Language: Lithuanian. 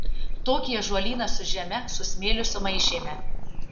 tokį ąžuolyną su žeme su smėliu sumaišėme